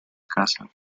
casa